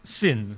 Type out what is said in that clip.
sin